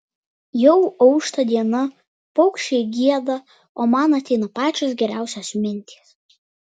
jau aušta diena paukščiai gieda o man ateina pačios geriausios mintys